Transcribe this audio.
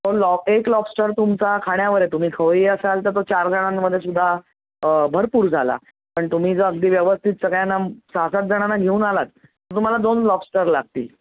law एक lobster तुमचा खाण्यावर आहे तुम्ही खवय्ये असाल तर तो चार जणांमध्ये सुद्धा भरपूर झाला पण तुम्ही जर अगदी व्यवस्थित सगळ्यांना सात आठ जणांना घेऊन आलात तुम्हाला दोन लॉबस्टर लागतील